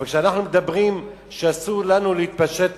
כשאנחנו מדברים על כך שאסור לנו להתפשט